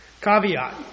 caveat